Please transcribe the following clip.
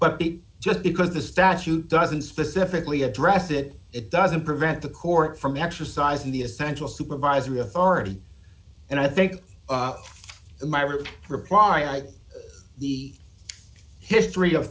the just because the statute doesn't specifically address it it doesn't prevent the court from exercising the essential supervisory authority and i think my reply reply write the history of